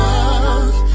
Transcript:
Love